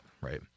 right